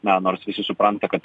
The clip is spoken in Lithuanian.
na nors visi supranta kad